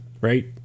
right